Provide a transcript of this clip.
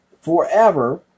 forever